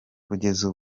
kugeza